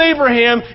Abraham